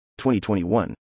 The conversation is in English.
2021